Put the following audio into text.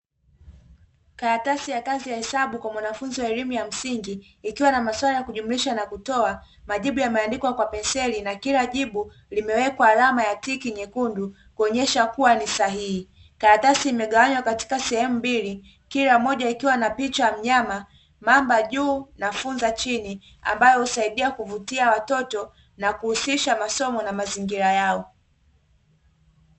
Karatasi ya kazi ya hesabu kwa mwanafunzi wa elimu ya msingi ikiwa na maswali ya kujumlisha na kutoa majibu yameandikwa kwa penseli na kila jibu limewekwa alama ya tiki nyekundu kuonyesha kuwa ni sahihi, karatasi imegawanywa katika sehemu mbili kila moja ikiwa na picha ya mnyama mamba juu na funza chini ambayo husaidia kuvutia watoto na kuhusisha masomo na mazingira yao.